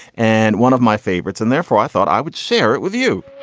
and one of my favorites. and therefore, i thought i would share it with you